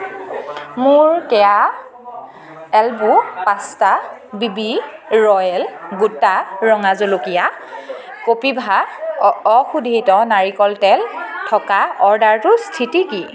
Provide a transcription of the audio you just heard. মোৰ কেয়া elbow pasta B B Royal গোটা ৰঙা জলকীয়া কপিভা অ অশোধিত নাৰিকল তেল থকা অৰ্ডাৰটোৰ স্থিতি কি